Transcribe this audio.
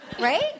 Right